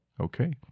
Okay